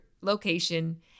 location